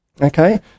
Okay